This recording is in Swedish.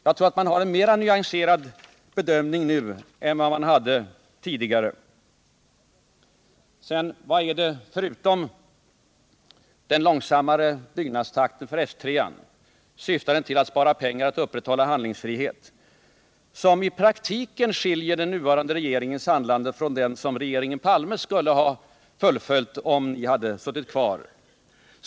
Jag tror att man har en mera nyanserad bedömning nu än vad man hade tidigare. Sedan: Vad är det förutom den långsammare byggnadstakten för F 3:an — syftande till att spara pengar och att upprätthålla handlingsfrihet — som i praktiken skiljer den nuvarande regeringens handlande från vad regeringen Palme skulle ha fullföljt om den hade suttit kvar?